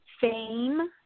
Fame